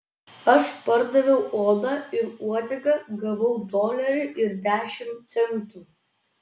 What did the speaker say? aš pardaviau odą ir uodegą gavau dolerį ir dešimt centų